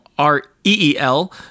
r-e-e-l